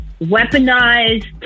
weaponized